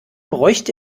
bräuchte